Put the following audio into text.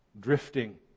drifting